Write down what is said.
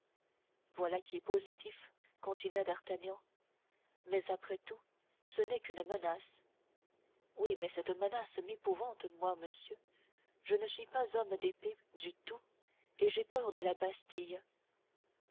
voilà qui est positif continua d'artagnan mais après tout ce n'est qu'une menace oui mais cette menace m'épouvante moi monsieur je ne suis pas homme d'épée du tout et j'ai peur de la bastille